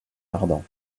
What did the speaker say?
ardent